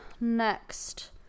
Next